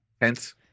hence